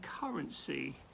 currency